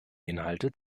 inhalte